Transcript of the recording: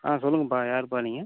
ஆ சொல்லுங்கப்பா யாருப்பா நீங்கள்